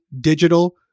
digital